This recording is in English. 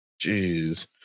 Jeez